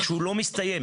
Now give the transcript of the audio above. שלא מסתיים,